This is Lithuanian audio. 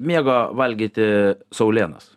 mėgo valgyti saulėnas